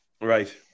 Right